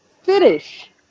finish